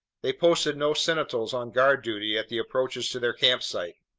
they posted no sentinels on guard duty at the approaches to their campsite.